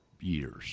years